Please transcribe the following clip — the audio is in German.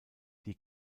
die